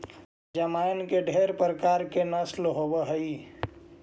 जमाइन के ढेर प्रकार के नस्ल होब हई